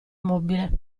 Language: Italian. mobile